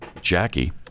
Jackie